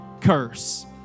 curse